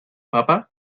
papa